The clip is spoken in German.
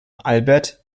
albert